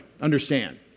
Understand